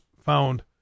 found